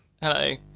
Hello